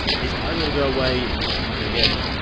is i'm gonna go away and again,